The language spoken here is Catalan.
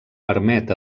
permet